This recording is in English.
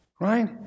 right